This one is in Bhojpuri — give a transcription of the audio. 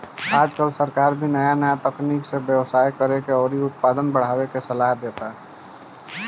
आजकल सरकार भी नाया नाया तकनीक से व्यवसाय करेके अउरी उत्पादन बढ़ावे के सालाह देता